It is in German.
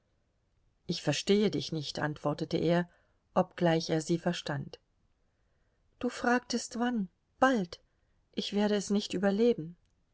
ich verstehe dich nicht antwortete er obgleich er sie verstand du fragtest wann bald ich werde es nicht überleben